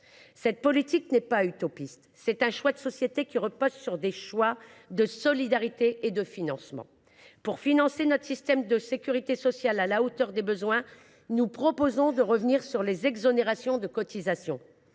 Cette politique n’est pas utopiste ; c’est un choix de société qui repose sur des choix de solidarité et de financement. Pour financer notre système de sécurité sociale à la hauteur des besoins, nous proposons de revenir sur les exonérations de cotisations.